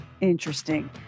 interesting